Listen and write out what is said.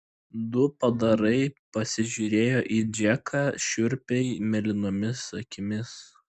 du padarai pasižiūrėjo į džeką šiurpiai mėlynomis akimis